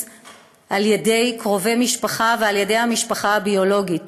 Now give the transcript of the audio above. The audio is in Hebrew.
על ידי קרובי משפחה ועל ידי המשפחה הביולוגית,